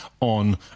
on